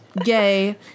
gay